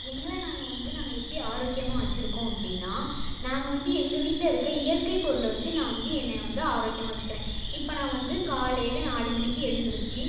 எங்களை நாங்கள் வந்து நாங்கள் எப்படி ஆரோக்கியமாக வெச்சுருக்கோம் அப்படின்னா நாங்கள் வந்து எங்கள் வீட்டில் இருக்கற இயற்கைப் பொருளை வச்சு நான் வந்து என்னையை வந்து ஆரோக்கியமாக வச்சுக்கிறேன் இப்போ நான் வந்து காலையில் நாலு மணிக்கு எழுந்திரிச்சி